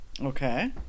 Okay